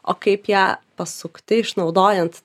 o kaip ją pasukti išnaudojant